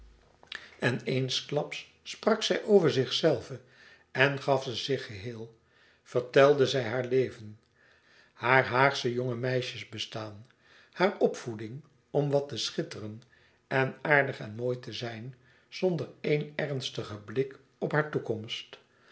en eensklaps sprak hij over zichzelve en gaf ze zich geheel vertelde zij haar leven haar haagsche jonge meisjes bestaan haar opvoeding om wat te schitteren en aardig en mooi te zijn zonder éen ernstigen blik op haar toekomst